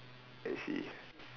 I see